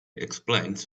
explains